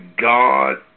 God